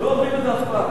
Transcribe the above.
לא שמעתי באום-אל-פחם,